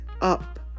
up